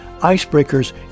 Icebreakers